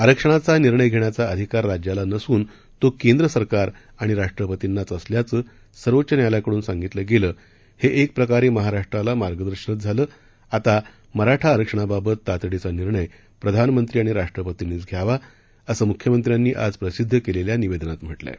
आरक्षणाचा निर्णय धेण्याचा अधिकार राज्याला नसून तो केंद्र सरकार आणि राष्ट्रपतींनाच असल्याचं सर्वोच्च न्यायालयाकडून सांगितलं गेलं हे एक प्रकारे महाराष्ट्राला मार्गदर्शनच झालं आता मराठा आरक्षणाबाबत तातडीचा निर्णय प्रधानमंत्री आणि राष्ट्रपतींनीच घ्यावा असं मुख्यमंत्र्यांनी आज प्रसिद्ध केलेल्या निवेदनात म्हटलं आहे